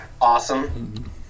Awesome